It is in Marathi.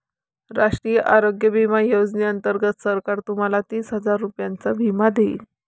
राष्ट्रीय आरोग्य विमा योजनेअंतर्गत सरकार तुम्हाला तीस हजार रुपयांचा विमा देईल